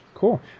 Cool